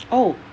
oh